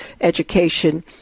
education